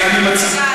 גז.